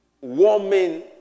warming